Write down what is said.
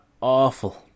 awful